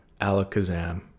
alakazam